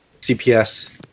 CPS